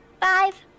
Five